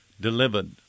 delivered